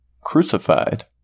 Crucified